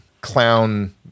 clown –